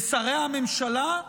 ושרי הממשלה?